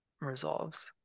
resolves